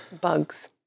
Bugs